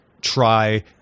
try